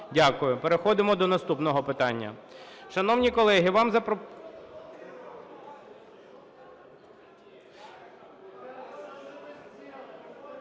Дякую. Переходимо до наступного питання.